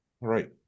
right